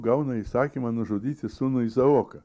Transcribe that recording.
gauna įsakymą nužudyti sūnų izaoką